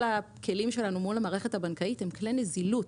כל הכלים שלנו מול המערכת הבנקאים הם כלי נזילות,